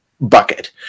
bucket